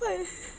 why